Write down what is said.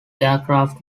aircraft